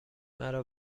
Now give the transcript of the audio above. مرا